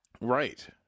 Right